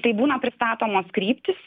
tai būna pristatomos kryptys